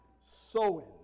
sowing